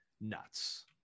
nuts